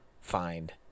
find